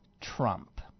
Trump